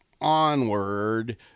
onward